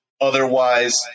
otherwise